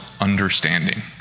understanding